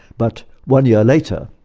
but one year later,